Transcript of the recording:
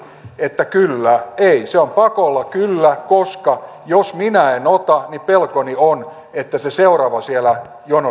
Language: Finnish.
ei se on pakolla kyllä koska jos minä en ota niin pelkoni on että se seuraava siellä jonossa ottaa